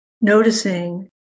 noticing